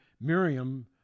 Miriam